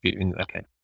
Okay